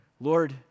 Lord